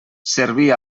servir